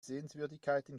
sehenswürdigkeiten